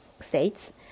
states